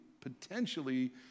potentially